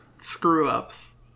screw-ups